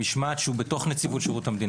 דין למשמעת שהוא בתוך נציבות שירות המדינה.